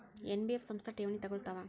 NBF ಸಂಸ್ಥಾ ಠೇವಣಿ ತಗೋಳ್ತಾವಾ?